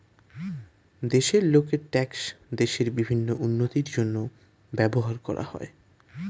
দেশের লোকের ট্যাক্স দেশের বিভিন্ন উন্নতির জন্য ব্যবহার করা হয়